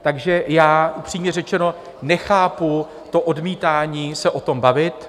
Takže já upřímně řečeno nechápu to odmítání se o tom bavit.